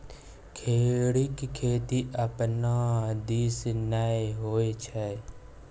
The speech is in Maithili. खेढ़ीक खेती अपना दिस नै होए छै